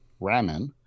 ramen